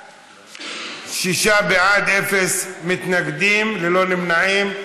שישה בעד, ללא מתנגדים וללא נמנעים.